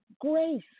grace